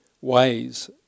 ways